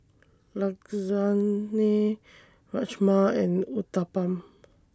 Rajma and Uthapam